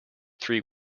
three